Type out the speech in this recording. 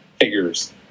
figures